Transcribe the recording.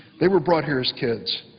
they were brought here as kids.